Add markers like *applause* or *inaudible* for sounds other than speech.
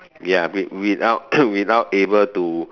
ya with without *coughs* without able to